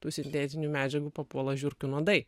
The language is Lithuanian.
tų sintetinių medžiagų papuola žiurkių nuodai